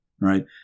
Right